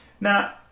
Now